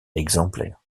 exemplaires